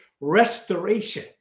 restoration